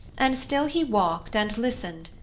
and still he walked and listened,